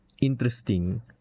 interesting